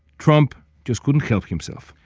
trump just couldn't help himself.